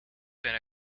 been